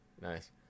Nice